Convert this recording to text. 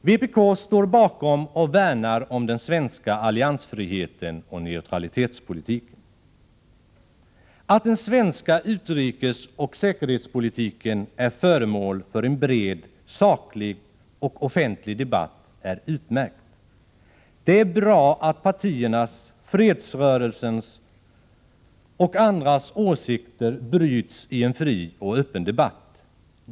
Vpk står bakom och värnar om den svenska alliansfriheten och neutralitetspolitiken. Att den svenska utrikesoch säkerhetspolitiken är föremål för en bred, saklig och offentlig debatt är utmärkt. Det är bra att partiernas, fredsrörelsens och andras åsikter bryts i en fri och öppen debatt.